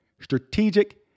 strategic